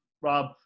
Rob